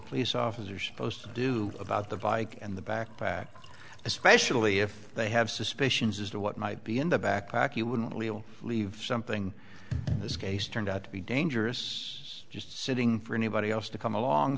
police officer supposed to do about the bike and the backpack especially if they have suspicions as to what might be in the backpack you wouldn't leave something this case turned out to be dangerous just sitting for anybody else to come along